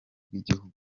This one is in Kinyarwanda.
bw’igihugu